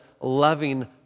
loving